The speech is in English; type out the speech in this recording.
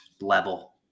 level